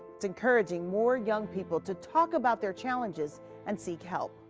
it's encouraging more young people to talk about their challenges and seek help.